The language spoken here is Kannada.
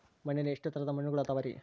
ಮಣ್ಣಿನಲ್ಲಿ ಎಷ್ಟು ತರದ ಮಣ್ಣುಗಳ ಅದವರಿ?